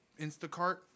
Instacart